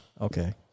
Okay